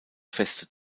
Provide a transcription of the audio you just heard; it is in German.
feste